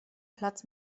platz